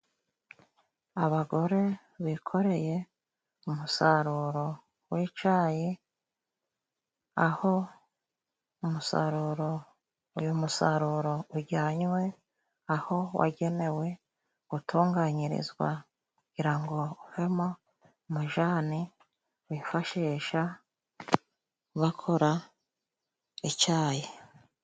Abagore bikoreye umusaruro wicayi, aho umusaruro uyu musaruro ujyanywe aho wagenewe gutunganyirizwa, kugira ngo uvemo amajane bifashisha bakora icayi.